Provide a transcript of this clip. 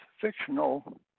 fictional